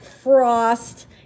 frost